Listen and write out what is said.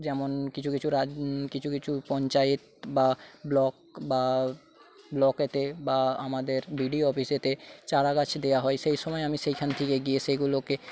যেমন কিছু কিছু রাজ কিছু কিছু পঞ্চায়েত বা ব্লক বা ব্লকেতে বা আমাদের ভিডিও অফিসেতে চারাগাছ দেওয়া হয় সেই সময় আমি সেইখান থেকে গিয়ে সেগুলোকে